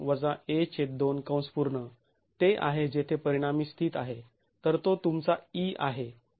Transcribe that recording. तर Nl2 - a2 ते आहे जेथे परिणामी स्थित आहे तर तो तुमचा e आहे